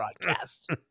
broadcast